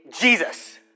Jesus